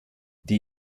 die